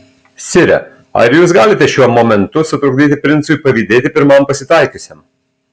sire ar jūs galite šiuo momentu sutrukdyti princui pavydėti pirmam pasitaikiusiam